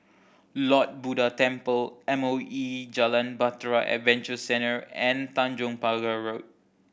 Lord Buddha Temple M O E Jalan Bahtera Adventure Centre and Tanjong Pagar Road